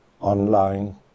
online